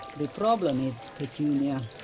the problem is petunia.